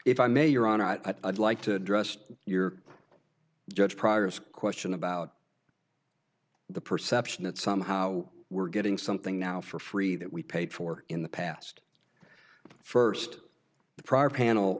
if i may your honor i'd like to address your judge progress question about the perception that somehow we're getting something now for free that we paid for in the past first the prior panel